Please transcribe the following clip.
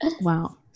wow